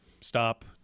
stop